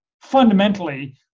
fundamentally